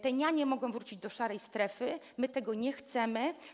Te nianie mogą wrócić do szarej strefy, my tego nie chcemy.